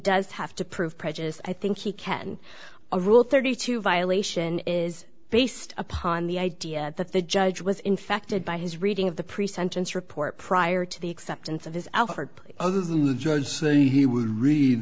does have to prove prejudice i think he can a rule thirty two violation is based upon the idea that the judge was infected by his reading of the pre sentence report prior to the acceptance of his other party the